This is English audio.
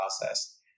process